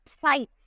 sites